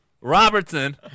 Robertson